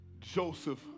Joseph